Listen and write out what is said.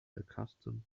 accustomed